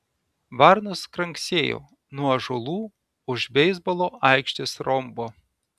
varnos kranksėjo nuo ąžuolų už beisbolo aikštės rombo